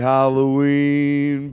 Halloween